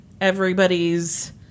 everybody's